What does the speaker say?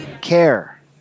Care